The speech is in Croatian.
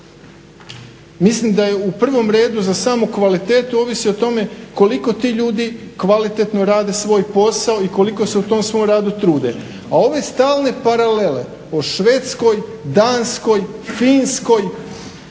Mislim da je u prvom redu za samu kvalitetu ovisi o tome koliko ti ljudi kvalitetno rade svoj posao i koliko se u tom svom radu trude. A ove stalne paralelne o Švedskoj, Danskoj, Finskoj